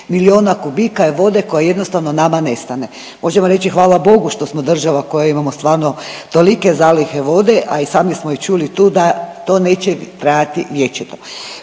milijuna kubika vode koja jednostavno nama nestane. Možemo reći hvala Bogu što smo država koja imamo stvarno tolike zalihe vode, a i sami smo čuli tu da to neće trajati vječito.